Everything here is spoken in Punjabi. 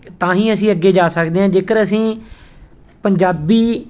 ਤਾਂ ਹੀ ਅਸੀਂ ਅੱਗੇ ਜਾ ਸਕਦੇ ਹਾਂ ਜੇਕਰ ਅਸੀਂ ਪੰਜਾਬੀ